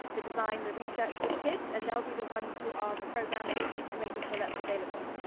the design, the research with kids. and they'll be the ones who are programming and making sure that's available.